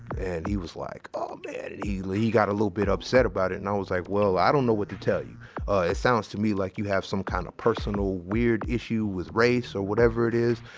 and he was like, oh, man, and he like he got a little bit upset about it, and i was like, well, i don't know what to tell you. ah, it sounds to me like you have some kind of personal weird issue with race or whatever it is,